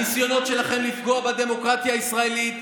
הניסיונות שלכם לפגוע בדמוקרטיה הישראלית,